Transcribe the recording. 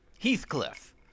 Heathcliff